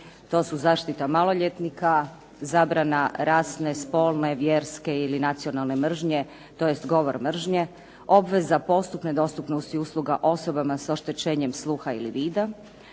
To su zaštita maloljetnika, zabrana rasne, spolne, vjerske ili nacionalne mržnje, tj. govor mržnje, obveza postupne dostupnosti usluga osobama s oštećenjem sluha ili vida,